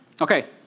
Okay